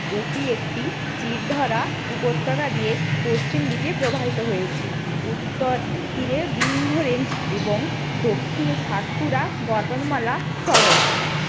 এটি একটি চিড় ধরা উপত্যকা দিয়ে পশ্চিম দিকে প্রবাহিত হয়েছে উত্তর তীরে বিন্ধ্য রেঞ্জ এবং দক্ষিণে সাতপুরা পর্বতমালা সহ